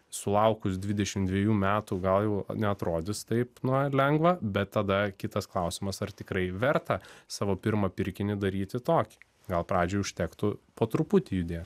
sulaukus dvidešim dvejų metų gal jau neatrodys taip na lengva bet tada kitas klausimas ar tikrai verta savo pirmą pirkinį daryti tokį gal pradžiai užtektų po truputį judėt